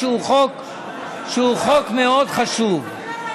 שהוא חוק מאוד חשוב.